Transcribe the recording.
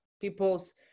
people's